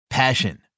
passion